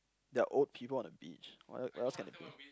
there are old people on the beach what else what else can